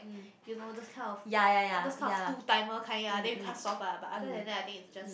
you know those kind of those kind of two timer kind ya then you can't solve ah but other then that I think it's just